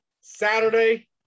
Saturday